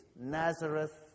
Nazareth